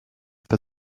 pas